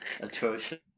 Atrocious